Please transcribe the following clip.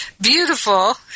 beautiful